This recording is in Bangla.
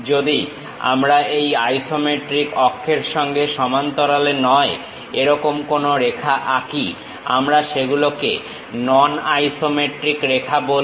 যদি আমরা এই আইসোমেট্রিক অক্ষের সঙ্গে সমান্তরালে নয় এরকম কোন রেখা আঁকি আমরা সেগুলোকে নন আইসোমেট্রিক রেখা বলবো